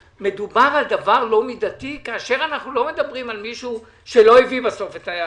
מדובר בדבר לא מידתי כאשר אנחנו לא מדברים על מישהו שלא הביא בסוף.